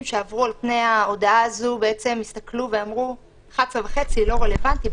שעברו על פני ההודעה הזאת הסתכלו ואמרו: זה לא רלוונטי,